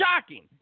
shocking